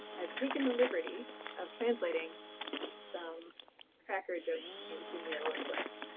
i've taken the liberty of translating some cracker jokes into middle english.